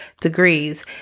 degrees